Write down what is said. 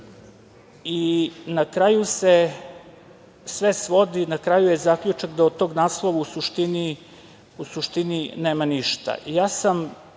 Na kraju se sve svodi, na kraju je zaključak da od tog naslova u suštini nema